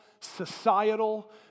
societal